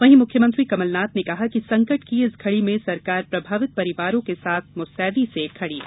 वहीं मुख्यमंत्री कमलनाथ ने कहा कि संकट की इस घड़ी में सरकार प्रभावित परिवारों के साथ मुस्तैदी से खड़ी है